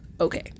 okay